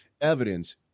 evidence